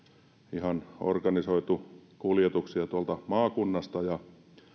ihan organisoitu kuljetuksia tuolta maakunnasta ja